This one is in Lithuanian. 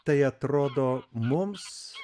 tai atrodo mums